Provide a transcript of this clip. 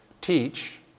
teach